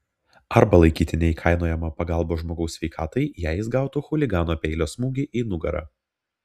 arba laikyti neįkainojama pagalba žmogaus sveikatai jei jis gautų chuligano peilio smūgį į nugarą